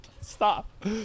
Stop